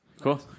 Cool